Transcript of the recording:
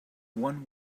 one